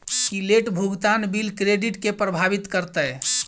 की late भुगतान bill credit केँ प्रभावित करतै?